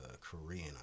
Korean